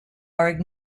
are